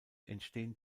entstehen